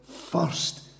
first